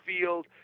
field